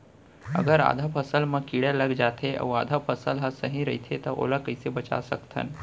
अगर आधा फसल म कीड़ा लग जाथे अऊ आधा फसल ह सही रइथे त ओला कइसे बचा सकथन?